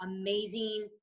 amazing